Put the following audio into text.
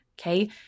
Okay